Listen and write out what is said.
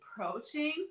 approaching